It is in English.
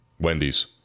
Wendy's